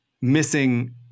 missing